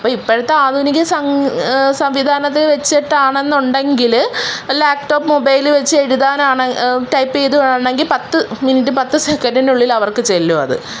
അപ്പം ഇപ്പോഴത്തെ ആധുനിക സം സംവിധാനത്തെ വെച്ചിട്ടാണ് എന്നുണ്ടെങ്കിൽ ലാപ്ടോപ്പ് മൊബൈൽ വെച്ച് എഴുതാനാണ് ടൈപ്പ് ചെയ്ത് വേണമെങ്കിൽ പത്ത് മിനിറ്റ് പത്ത് സെക്കൻ്റിനുള്ളിൽ അവർക്ക് ചെല്ലും അത്